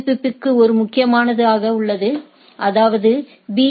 புதுப்பிப்புக்கு ஒரு முக்கியமானது ஆக உள்ளது அதாவது பி